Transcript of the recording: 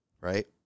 Right